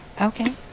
okay